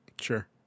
Sure